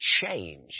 change